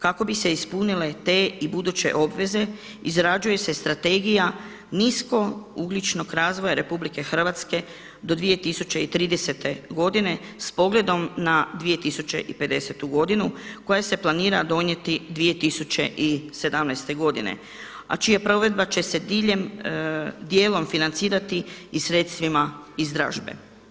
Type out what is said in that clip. Kako bi se ispunile te i buduće obveze izrađuje se strategija nisko-ugljičnog razvoja RH do 2030. godine s pogledom na 2050. godinu koja se planira donijeti 2017. godine a čija provedba će se diljem, dijelom financirati i sredstvima iz dražbe.